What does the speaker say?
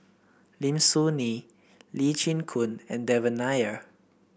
Lim Soo Ngee Lee Chin Koon and Devan Nair